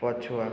ପଛୁଆ